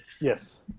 yes